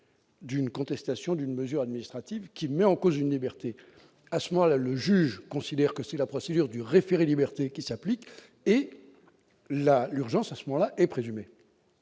d'une contestation d'une mesure administrative qui met en cause une liberté à ce moment-là, le juge considère que si la procédure du référé-liberté qui s'applique et là l'urgence à ce moment-là est présumé